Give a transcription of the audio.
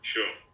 Sure